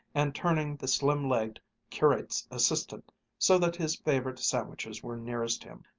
and turning the slim-legged curate's assistant so that his favorite sandwiches were nearest him.